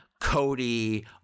Cody